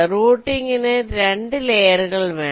റ്റ്യൂട്ടിങ്ങിനു 2 ലയേറുകൾ എങ്കിലും വേണം